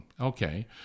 okay